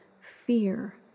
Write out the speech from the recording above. fear